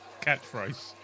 catchphrase